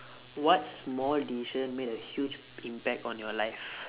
what small decision made a huge impact on your life